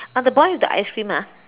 uh the boy with the ice cream ah